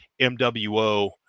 MWO